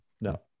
No